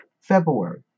February